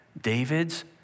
David's